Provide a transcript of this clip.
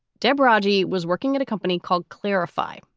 deborah shaji was working at a company called clarify,